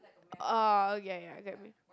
uh ya ya I get what you mean